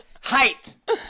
Height